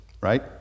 right